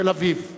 תל-אביב".